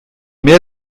mehr